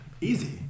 Easy